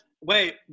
Wait